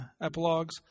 epilogues